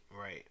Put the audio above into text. Right